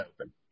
open